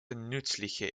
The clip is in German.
nützliche